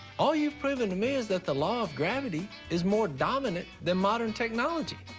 all you've proven to me is that the law of gravity is more dominant than modern technology.